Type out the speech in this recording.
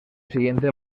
siguiente